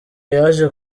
yaje